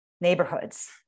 neighborhoods